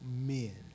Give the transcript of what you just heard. men